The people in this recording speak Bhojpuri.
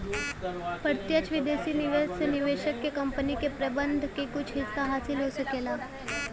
प्रत्यक्ष विदेशी निवेश से निवेशक क कंपनी के प्रबंधन क कुछ हिस्सा हासिल हो सकला